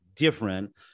different